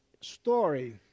story